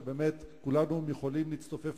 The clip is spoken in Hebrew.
שבאמת כולנו יכולים להצטופף